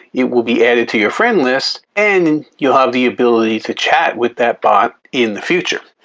it will be added to your friends list and you'll have the ability to chat with that bot in the future.